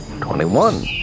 Twenty-one